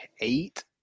eight